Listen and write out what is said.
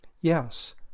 Yes